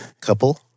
Couple